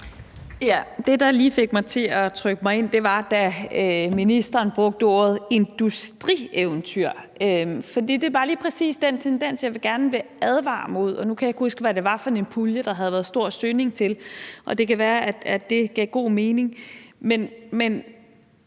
Det, der lige fik mig til at trykke mig ind, var, da ministeren brugte ordet industrieventyr. For det er bare lige præcis den tendens, jeg gerne vil advare mod. Nu kan jeg ikke huske, hvad det var for en pulje, der havde været stor søgning til; det kan være, at det gav god mening.